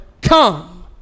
come